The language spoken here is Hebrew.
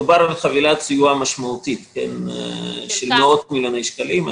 מדובר על חבילת סיוע משמעותית של מאות מיליוני שקלים.